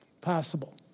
possible